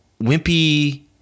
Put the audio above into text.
wimpy